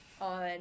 on